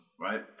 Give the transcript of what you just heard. right